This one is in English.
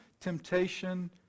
temptation